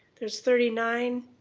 there's thirty nine,